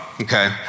okay